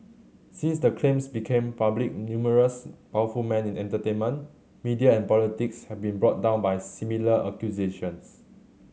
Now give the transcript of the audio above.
since the claims became public numerous powerful men in entertainment media and politics have been brought down by similar accusations